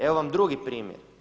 Evo vam drugi primjer.